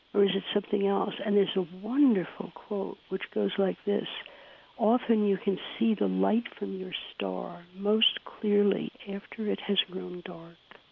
or is it something else? and there's a wonderful quote which goes like this often you can see the light from your star most clearly after it has grown dark.